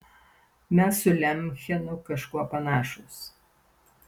mes su lemchenu kažkuo panašūs